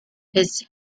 his